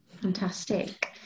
Fantastic